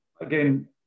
again